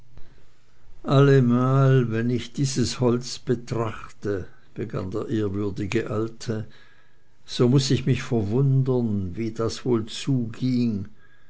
allemal wenn ich dieses holz betrachte begann der ehrwürdige alte so muß ich mich verwundern wie das wohl zuging